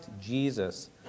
Jesus